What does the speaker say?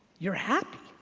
you're happy.